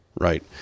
right